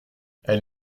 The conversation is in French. elle